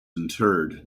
interred